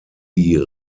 die